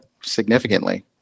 Significantly